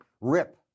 rip